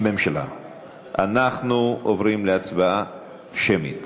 הממשלה אנחנו עוברים להצבעה שמית.